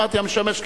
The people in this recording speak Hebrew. אמרתי שהוא שר,